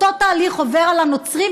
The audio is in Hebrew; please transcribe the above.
אותו תהליך עובר על הנוצרים,